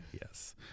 Yes